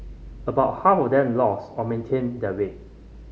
about half of them lost or maintained their weight